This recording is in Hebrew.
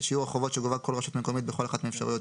שיעור החובות שגובה כל רשות מקומית בכל אחת מאפשרויות